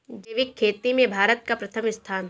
जैविक खेती में भारत का प्रथम स्थान